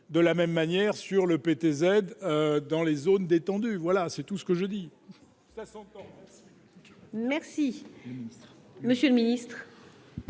de la même manière sur le PTZ dans les zones détendues, voilà c'est tout ce que je dis.